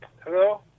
Hello